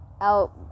out